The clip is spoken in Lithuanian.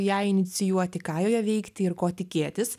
ją inicijuoti ką joje veikti ir ko tikėtis